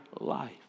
life